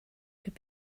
could